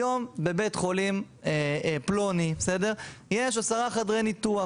היום בבית חולים פלוני יש 10 חדרי ניתוח